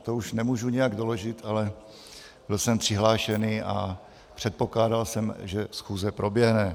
To už nemůžu nijak doložit, ale byl jsem přihlášený a předpokládal jsem, že schůze proběhne.